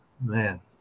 Man